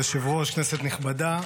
כבוד היושב-ראש, כנסת נכבדה,